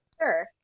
Sure